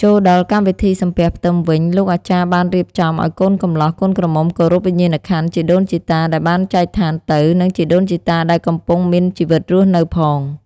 ចូលដល់កម្មវិធីសំពះផ្ទឹមវិញលោកអាចារ្យបានរៀបចំឱ្យកូនកម្លោះកូនក្រមុំគោរពវិញ្ញាណខន្ធដីដូនជីតាដែលបានចែកឋានទៅ និងជីដូនជីតាដែលកំពុងមានជីវិតរស់នៅផង។